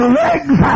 legs